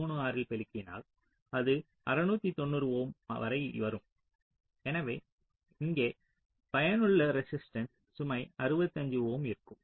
36 ஆல் பெருக்கினால் அது 690 ஓம் வரை வரும் எனவே இங்கே பயனுள்ள ரெசிஸ்ட்டன்ஸ் சுமை 65 ஓம் இருக்கும்